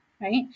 Right